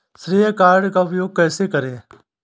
श्रेय कार्ड का उपयोग कैसे करें?